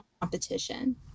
competition